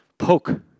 Poke